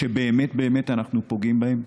כשבאמת-באמת אנחנו פוגעים בהן?